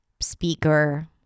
speaker